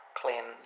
clean